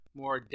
more